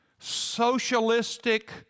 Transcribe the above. socialistic